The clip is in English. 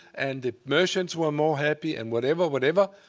and the merchants were more happy, and whatever, whatever,